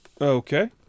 Okay